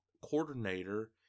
coordinator